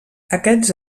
aquests